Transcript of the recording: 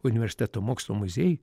universiteto mokslo muziejuj